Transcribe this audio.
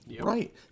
Right